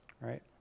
right